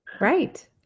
Right